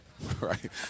right